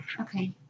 Okay